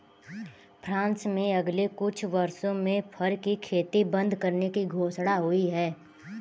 France में अगले कुछ वर्षों में फर की खेती बंद करने की घोषणा हुई है